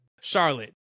Charlotte